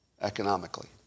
economically